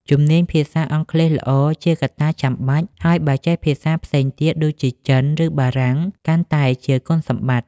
ជំនាញភាសាអង់គ្លេសល្អជាកត្តាចាំបាច់ ហើយបើចេះភាសាផ្សេងទៀតដូចជាចិន ឬបារាំង កាន់តែជាគុណសម្បត្តិ។